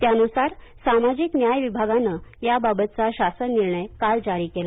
त्यानूसार सामाजिक न्याय विभागानं याबाबतचा शासन निर्णय काल जारी केला